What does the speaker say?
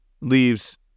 Leaves